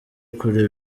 kure